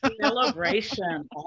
Celebration